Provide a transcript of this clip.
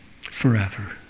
forever